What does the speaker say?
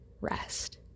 rest